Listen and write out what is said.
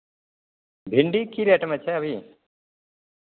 भिण्डी की रेटमे छै अभी